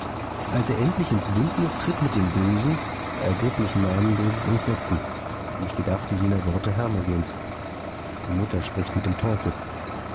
als er endlich ins bündnis tritt mit dem bösen da ergriff mich namenloses entsetzen denn ich gedachte jener worte hermogens die mutter spricht mit dem teufel